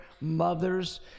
mothers